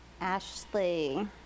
Ashley